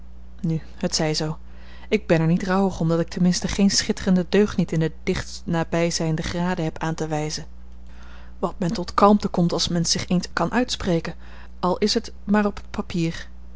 nu het zij zoo ik ben er niet rouwig om dat ik ten minste geen schitterende deugniet in de dichtst nabijzijnde graden heb aan te wijzen wat men tot kalmte komt als men zich eens kan uitspreken al is het maar op het papier